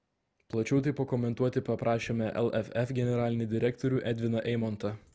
plačiau tai pakomentuoti paprašėme lff generalinį direktorių edviną eimontą